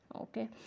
Okay